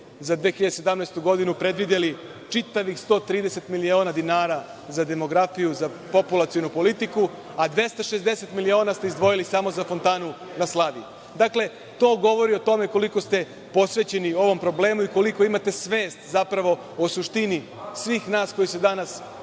za 2017. godinu predvideli čitavih 130 miliona dinara za demografiju, za populacionu politiku, a 260 miliona ste izdvojili samo za fontanu na Slaviji. Dakle, to govori o tome koliko ste posvećeni ovom problemu i koliko imate svest zapravo o suštini svih nas koji se danas